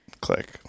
Click